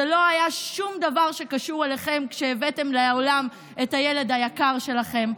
זה לא היה שום דבר שקשור אליכם כשהבאתם לעולם את הילד היקר שלכם,